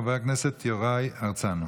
חבר הכנסת יוראי להב הרצנו.